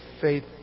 faith